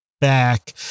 back